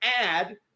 add